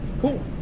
Cool